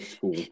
cool